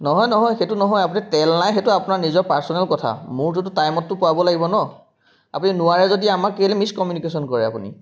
নহয় নহয় সেইটো নহয় আপুনি তেল নাই সেইটো আপোনাৰ নিজৰ পাৰচনেল কথা মোৰটোতো টাইমতটো পাব লাগিব ন আপুনি নোৱাৰে যদি আমাক কেলে মিছ কমিউনিকেশ্যন কৰে আপুনি